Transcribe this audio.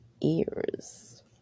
ears